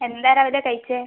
എന്താ രാവിലെ കഴിച്ചത്